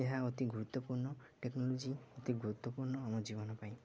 ଏହା ଅତି ଗୁରୁତ୍ୱପୂର୍ଣ୍ଣ ଟେକ୍ନୋଲୋଜି ଅତି ଗୁରୁତ୍ୱପୂର୍ଣ୍ଣ ଆମ ଜୀବନ ପାଇଁ